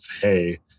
hey